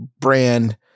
brand